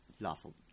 lawful